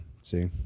see